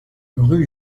rue